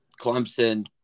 Clemson